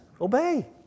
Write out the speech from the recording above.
Obey